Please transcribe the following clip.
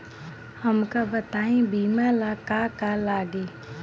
हमका बताई बीमा ला का का लागी?